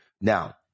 Now